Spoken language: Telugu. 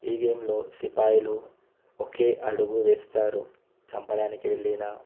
ఈ గేమ్లో సిపాయిలు ఒకే అడుగు వేస్తారు చంపడానికి వెళ్ళినా